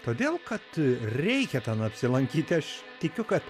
todėl kad reikia ten apsilankyti aš tikiu kad